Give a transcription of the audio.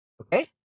okay